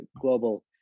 global